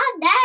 dad